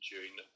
June